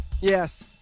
Yes